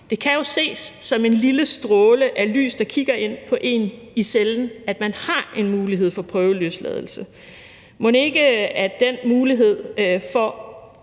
Det kan jo ses som en lille stråle af lys, der kigger ind på en i cellen, hvis man har en mulighed for prøveløsladelse. Mon ikke den mulighed for